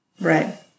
right